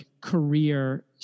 career